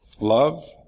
Love